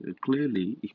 clearly